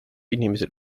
inimesel